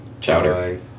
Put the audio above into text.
Chowder